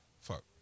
fuck